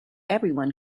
everyone